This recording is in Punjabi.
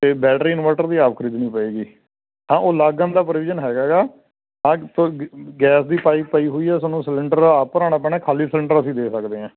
ਅਤੇ ਬੈਟਰੀ ਇਨਵਰਟਰ ਦੀ ਆਪ ਖਰੀਦਣੀ ਪਏਗੀ ਹਾਂ ਉਹ ਲੱਗਣ ਦਾ ਪ੍ਰੋਵੀਜ਼ਨ ਹੈਗਾ ਗਾ ਗੈਸ ਦੀ ਪਾਈਪ ਪਈ ਹੋਈ ਆ ਤੁਹਾਨੂੰ ਸਿਲੰਡਰ ਆਪ ਭਰਾਉਣਾ ਪੈਣਾ ਖਾਲੀ ਸਿਲੰਡਰ ਅਸੀਂ ਦੇ ਸਕਦੇ ਆ